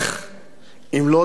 אם לא נעמוד בשער".